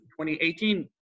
2018